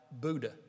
Buddha